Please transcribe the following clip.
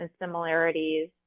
similarities